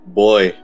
boy